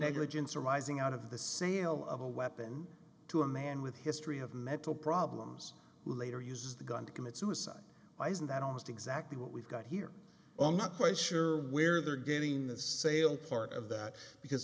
negligence arising out of the sale of a weapon to a man with a history of mental problems who later uses the gun to commit suicide i isn't that almost exactly what we've got here i'm not quite sure where they're getting the sale part of that because